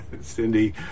Cindy